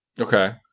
Okay